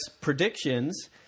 predictions